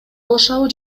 алышабы